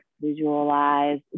visualize